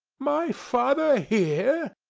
my father here!